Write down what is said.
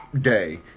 day